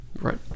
right